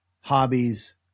hobbies